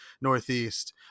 northeast